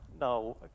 No